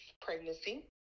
pregnancy